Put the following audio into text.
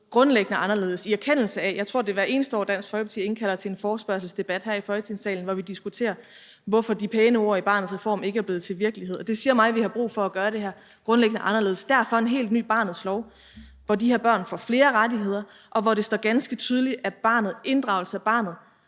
grundlæggende anderledes. Jeg tror, det er hvert eneste år, Dansk Folkeparti indkalder til en forespørgselsdebat her i Folketingssalen, hvor vi diskuterer, hvorfor de pæne ord i Barnets Reform ikke er blevet til virkelighed, og det siger mig, at vi har brug for at gøre det her grundlæggende anderledes. Derfor er der en helt ny Barnets Lov, hvor de her børn får flere rettigheder, og hvor det står ganske tydeligt, at inddragelsen af barnet